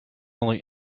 only